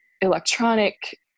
electronic